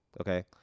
okay